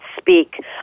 speak